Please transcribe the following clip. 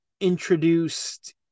introduced